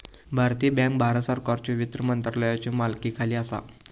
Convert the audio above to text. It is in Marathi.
भारतीय बँक भारत सरकारच्यो वित्त मंत्रालयाच्यो मालकीखाली असा